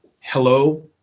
hello